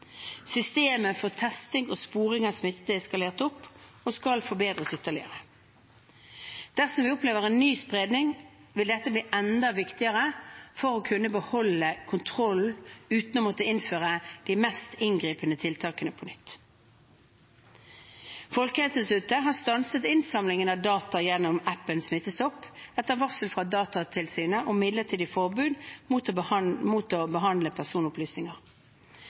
Systemet for testing og sporing av smittede er skalert opp og skal forberedes ytterligere. Dersom vi opplever ny spredning, vil dette bli enda viktigere for å kunne beholde kontroll uten å måtte innføre de mest inngripende tiltakene på nytt. Folkehelseinstituttet har stanset innsamling av data gjennom appen Smittestopp etter varsel fra Datatilsynet om midlertidig forbud mot å